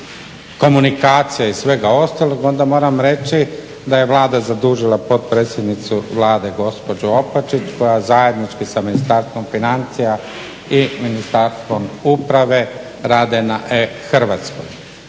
komunikacija i svega ostalog onda moramo reći da je Vlada zadužila potpredsjednicu Vlade gospođu Opačić koja zajednički sa Ministarstvom financija i Ministarstvom uprave rade na e-hrvatskoj.